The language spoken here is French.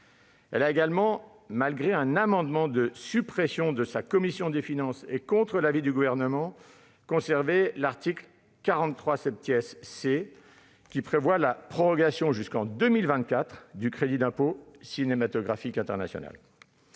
a également conservé, malgré un amendement de suppression de sa commission des finances et contre l'avis du Gouvernement, l'article 43 C, qui prévoit la prorogation jusqu'en 2024 du crédit d'impôt cinématographique international.